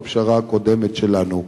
הפשרה הקודמת שלנו.